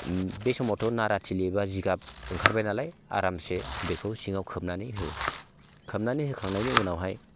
बे समावथ' नाराथिलि बा जिगाब ओंखारबाय नालाय आरामसे बेखौ सिङाव खोबनानै हो खोबनानै होखांनायनि उनावहाय